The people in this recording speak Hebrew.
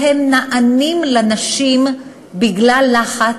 והם נענים לנשים בגלל לחץ,